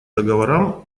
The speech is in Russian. договорам